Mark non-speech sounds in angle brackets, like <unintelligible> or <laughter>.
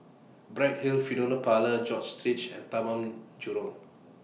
Bright Hill Funeral Parlour George <unintelligible> and Taman Jurong